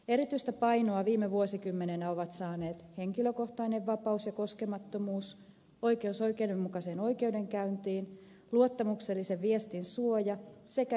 erityistä painoa viime vuosikymmenenä ovat saaneet henkilökohtainen vapaus ja koskemattomuus oikeus oikeudenmukaiseen oikeudenkäyntiin luottamuksellisen viestin suoja sekä yksityiselämän suoja